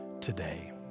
today